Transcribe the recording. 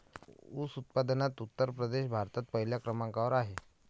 ऊस उत्पादनात उत्तर प्रदेश भारतात पहिल्या क्रमांकावर आहे